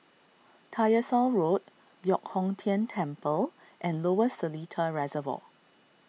Tyersall Road Giok Hong Tian Temple and Lower Seletar Reservoir